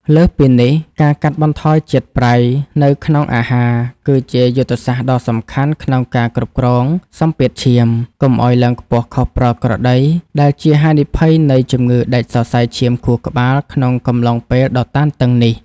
លើសពីនេះ ការកាត់បន្ថយជាតិប្រៃនៅក្នុងអាហារ គឺជាយុទ្ធសាស្ត្រដ៏សំខាន់ក្នុងការគ្រប់គ្រងសម្ពាធឈាម កុំឱ្យឡើងខ្ពស់ខុសប្រក្រតី ដែលជាហានិភ័យនៃជំងឺដាច់សរសៃឈាមខួរក្បាលក្នុងកំឡុងពេលដ៏តានតឹងនេះ។